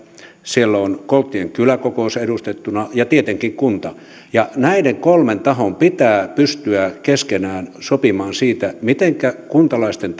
siellä on kolttien kyläkokous edustettuna ja tietenkin kunta näiden kolmen tahon pitää pystyä keskenään sopimaan siitä mitenkä kuntalaisten